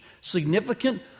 significant